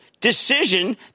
decision